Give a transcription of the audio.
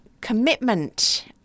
Commitment